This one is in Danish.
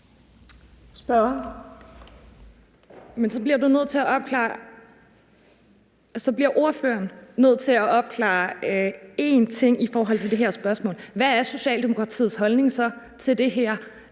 så bliver ordføreren nødt til at opklare en ting i forhold til det her spørgsmål: Hvad er Socialdemokratiets holdning så til det her?